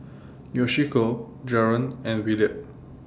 Yoshiko Jaren and Williard